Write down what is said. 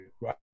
right